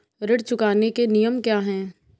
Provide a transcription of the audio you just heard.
ऋण चुकाने के नियम क्या हैं?